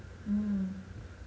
mm